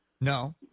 no